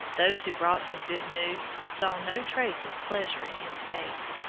those who brought him good news saw no trace of pleasure in his face,